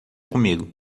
comigo